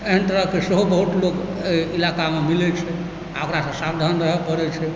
एहन तरहकेँ सेहो बहुत लोक अछि इलाकामे मिलै छै आ ओकरासँ सावधान रहऽ पड़ै छै